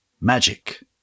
magic